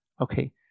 Okay